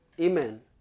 Amen